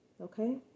okay